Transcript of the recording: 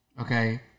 Okay